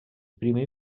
primer